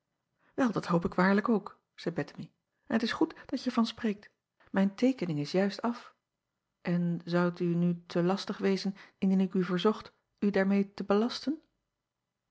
el dat hoop ik waarlijk ook zeî ettemie en t is goed dat je er van spreekt mijn teekening is juist af en zou t u nu te lastig wezen indien ik u verzocht u daarmeê te belasten